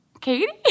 Katie